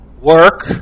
work